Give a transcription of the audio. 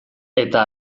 eta